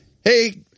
hey